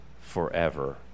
forever